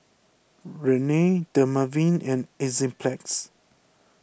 Rene Dermaveen and Enzyplex